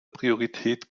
priorität